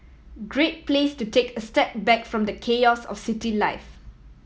great place to take a step back from the chaos of city life